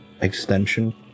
Extension